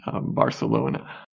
Barcelona